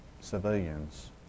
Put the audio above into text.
civilians